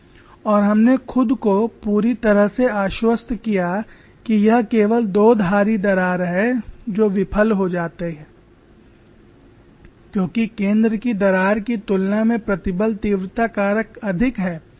और हमने खुद को पूरी तरह से आश्वस्त किया कि यह केवल दोधारी दरार है जो विफल हो जाता है क्योंकि केंद्र की दरार की तुलना में प्रतिबल तीव्रता कारक अधिक है